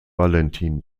valentin